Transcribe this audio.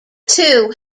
two